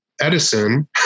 Edison